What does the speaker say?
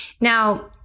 Now